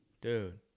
dude